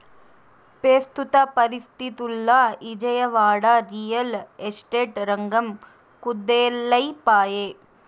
పెస్తుత పరిస్తితుల్ల Vijayawada, real estate రంగం కుదేలై పాయె